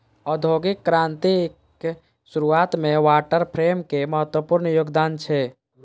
औद्योगिक क्रांतिक शुरुआत मे वाटर फ्रेमक महत्वपूर्ण योगदान छै